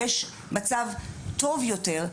יש מצב טוב יותר,